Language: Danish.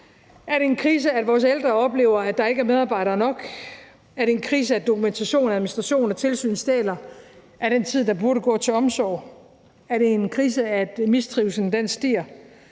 Er det en krise, at vores ældre oplever, at der ikke er medarbejdere nok? Er det en krise, at dokumentation, administration og tilsyn stjæler af den tid, der burde gå til omsorg? Er det en krise, at mistrivslen stiger?